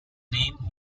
name